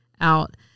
out